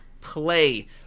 play